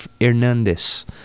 hernandez